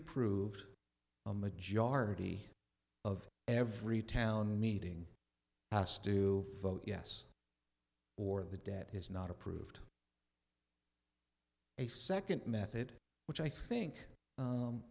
approved a majority of every town meeting us do vote yes or the debt is not approved a second method which i think